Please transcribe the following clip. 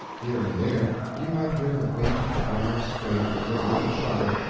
here and there you might hear the faint, far scrape of a wooden shovel,